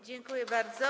Dziękuję bardzo.